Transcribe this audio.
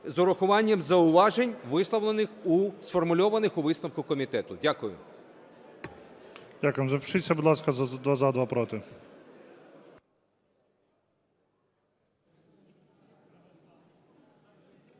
з урахуванням зауважень, висловлених у... сформульованих у висновку комітету. Дякую. ГОЛОВУЮЧИЙ. Дякую. Запишіться, будь ласка: два – за, два – проти.